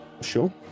Sure